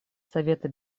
совета